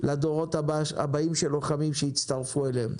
לדורות הבאים של לוחמים שיצטרפו אליהם.